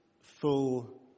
full